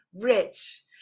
rich